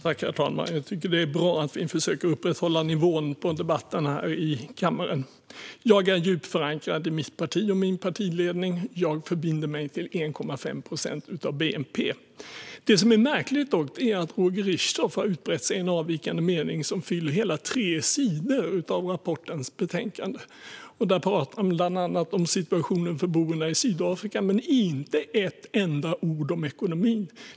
Herr ålderspresident! Jag tycker att det är bra att vi försöker att upprätthålla nivån på debatten här i kammaren. Jag är djupt förankrad i mitt parti och min partiledning. Jag förbinder mig till 1,5 procent av bnp. Det som är märkligt är dock att Roger Richtoff har utbrett sig i en avvikande mening som fyller hela tre sidor av rapportens betänkande. Där pratar han bland annat om situationen för boerna i Sydafrika men säger inte ett enda ord om ekonomin.